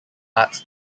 arts